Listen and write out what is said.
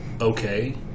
okay